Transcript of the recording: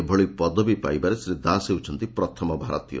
ଏଭଳି ପଦବୀ ପାଇବାରେ ଶ୍ରୀ ଦାସ ହେଉଛନ୍ତି ପ୍ରଥମ ଭାରତୀୟ